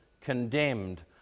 condemned